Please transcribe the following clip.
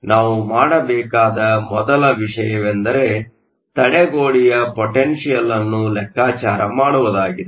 ನಾವು ಮಾಡಬೇಕಾದ ಮೊದಲ ವಿಷಯವೆಂದರೆ ತಡೆಗೋಡೆಯ ಪೊಟೆನ್ಷಿಯಲ್ ಅನ್ನು ಲೆಕ್ಕಾಚಾರ ಮಾಡುವುದಾಗಿದೆ